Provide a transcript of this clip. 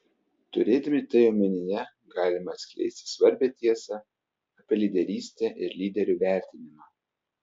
turėdami tai omenyje galime atskleisti svarbią tiesą apie lyderystę ir lyderių vertinimą